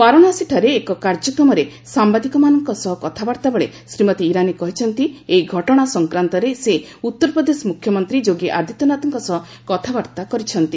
ବାରାଶସୀଠାରେ ଏକ କାର୍ଯ୍ୟକ୍ରମରେ ସାମ୍ବାଦିକମାନଙ୍କ ସହ କଥାବାର୍ତ୍ତା ବେଳେ ଶ୍ରୀମତୀ ଇରାନୀ କହିଛନ୍ତି ଏହି ଘଟଣା ସଂକ୍ରାନ୍ତରେ ସେ ଉତ୍ତରପ୍ରଦେଶ ମୁଖ୍ୟମନ୍ତ୍ରୀ ଯୋଗୀ ଆଦିତ୍ୟନାଥଙ୍କ ସହ କଥାବାର୍ତ୍ତା କରିଛନ୍ତି